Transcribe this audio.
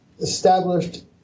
established